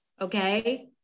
okay